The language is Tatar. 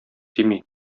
тими